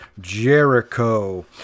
Jericho